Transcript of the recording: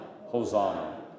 Hosanna